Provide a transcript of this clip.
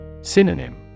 Synonym